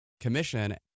commission